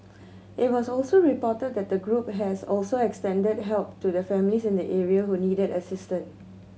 it was also reported that the group has also extended help to families in the area who needed assistance